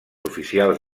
oficials